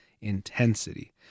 intensity